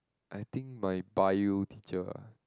I think my Bio teacher